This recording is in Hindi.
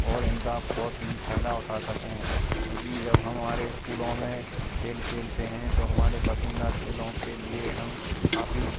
और इनका बहुत ही फायदा उठा सकें क्योंकि जब हम हमारे स्कूलों में खेल खेलते हैं तो हमारे पसंदीदा खेलों के लिए हम काफ़ी